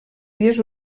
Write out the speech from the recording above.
vies